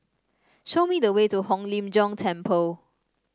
show me the way to Hong Lim Jiong Temple